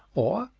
or,